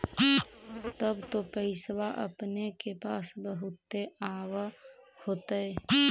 तब तो पैसबा अपने के पास बहुते आब होतय?